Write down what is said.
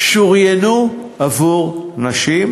שוריינו לנשים,